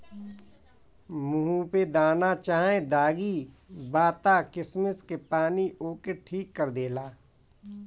मुहे पर दाना चाहे दागी बा त किशमिश के पानी ओके ठीक कर देला